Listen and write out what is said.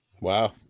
wow